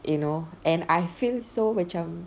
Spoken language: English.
you know and I feel so macam